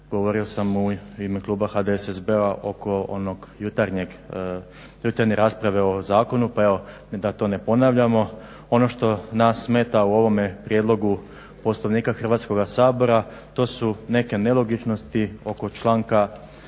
govorio sam u ime kluba HDSSB-a oko one jutarnje rasprave o zakonu pa evo da to ne ponavljamo. Ono što nas smeta u ovome prijedlogu Poslovnika Hrvatskoga sabora to su neke nelogičnosti oko članka prijedloga